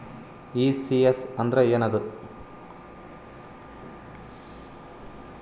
ECS ಅಂದ್ರ ಏನದ?